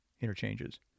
interchanges